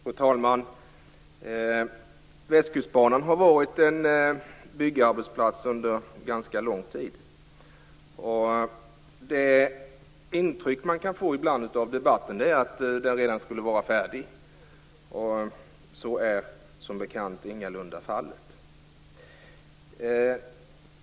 Fru talman! Västkustbanan har varit en byggarbetsplats under ganska lång tid. Det intryck man kan få ibland av debatten är att den redan skulle vara färdig. Så är som bekant ingalunda fallet.